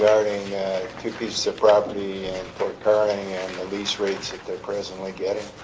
regarding two pieces of property and quartering and the lease rates that they presently get it